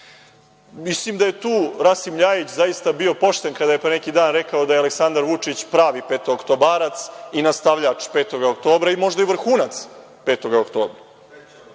Mislim da je tu Rasim Ljajić, zaista bio pošten kada je pre neki dan rekao da je Aleksandar Vučić pravi petooktobarac i nastavljač 5. oktobra, možda i vrhunac 5. oktobra. Ono